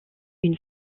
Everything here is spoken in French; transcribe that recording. une